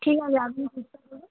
ঠিক আছে আপনি চেষ্টা করুন